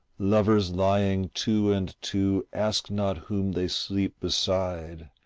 lovers lying two and two ask not whom they sleep beside,